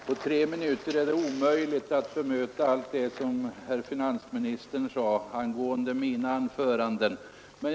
Herr talman! På tre minuter är det omöjligt att bemöta allt det som finansministern sade om mina anföranden.